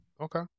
Okay